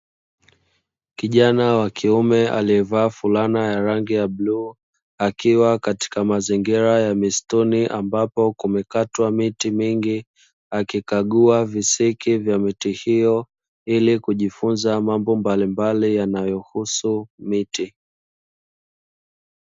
Kijana wa kiume aliyevaa fulana ya rangi ya bluu akiwa katika mazingira ya misituni ambapo kumekatwa miti mingi, akikagua visiki vya miti hiyo ili kujifunza mambo mbalimbali yanayohusu miti.